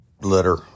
litter